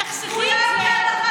תחסכי את זה.